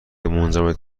منجمد